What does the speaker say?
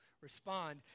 respond